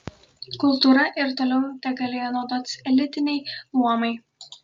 kultūra ir toliau tegalėjo naudotis elitiniai luomai